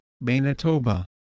Manitoba